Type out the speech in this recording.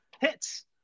hits